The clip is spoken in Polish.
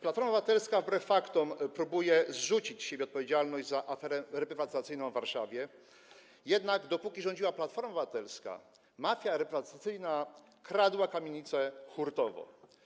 Platforma Obywatelska wbrew faktom próbuje zrzucić z siebie odpowiedzialność za aferę reprywatyzacyjną w Warszawie, jednak dopóki rządziła Platforma Obywatelska, mafia reprywatyzacyjna kradła kamienice hurtowo.